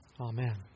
Amen